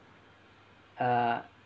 uh